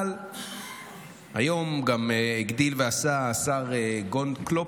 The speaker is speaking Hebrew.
אבל היום הגדיל ועשה השר גונדקלופ,